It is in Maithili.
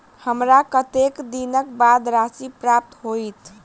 हमरा कत्तेक दिनक बाद राशि प्राप्त होइत?